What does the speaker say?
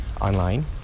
online